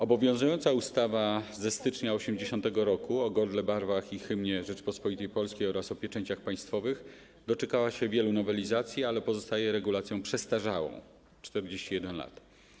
Obowiązująca ustawa ze stycznia 1980 r. o godle, barwach i hymnie Rzeczypospolitej Polskiej oraz o pieczęciach państwowych doczekała się wielu nowelizacji, ale pozostaje regulacją przestarzałą - to już 41 lat.